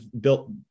built